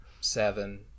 seven